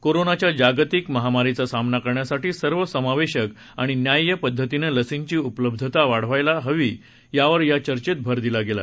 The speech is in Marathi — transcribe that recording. कोरोनाच्या जागतिक महामारीचा सामना करण्यासाठी सर्वसमावेशक आणि न्याय्य पद्धतीनं लसींची उपलब्धता वाढवायला हवी यावर या चर्चेत भर दिला गेला